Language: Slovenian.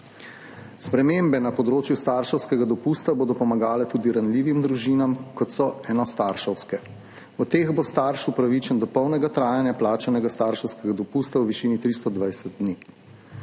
Spremembe na področju starševskega dopusta bodo pomagale tudi ranljivim družinam, kot so enostarševske. V teh bo starš upravičen do polnega trajanja plačanega starševskega dopusta v višini 320 dni.